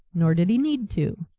nor did he need to.